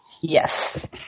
Yes